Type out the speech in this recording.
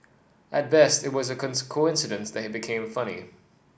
at best it was a coincidence that became funny